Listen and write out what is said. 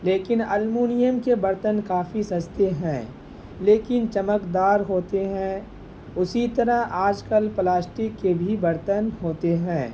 لیکن المونیم کے برتن کافی سستے ہیں لیکن چمک دار ہوتے ہیں اسی طرح آج کل پلاسٹک کے بھی برتن ہوتے ہیں